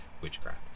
witchcraft